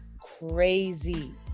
crazy